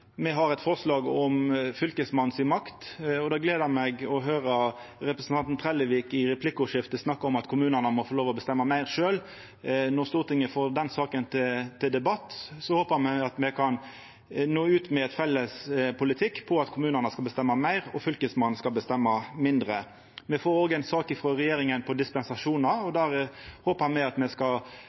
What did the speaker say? har eit forslag om makta til Fylkesmannen. Det gleda meg å høyra representanten Trellevik i replikkordskiftet. Han snakka om at kommunane må få lov til å bestemma meir sjølv. Når Stortinget får den saka til debatt, håpar eg at me kan nå ut med felles politikk om at kommunane skal bestemma meir, og at Fylkesmannen skal bestemma mindre. Me får òg ei sak frå regjeringa om dispensasjonar. Me håpar